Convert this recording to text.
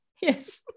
Yes